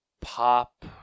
pop